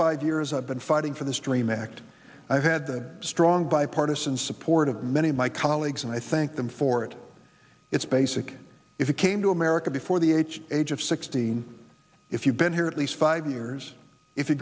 five years i've been fighting for this dream act i've had the strong bipartisan support of many of my colleagues and i think them for it it's basic if you came to america before the age age of sixteen if you've been here at least five years if you